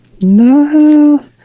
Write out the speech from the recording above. No